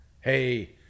Hey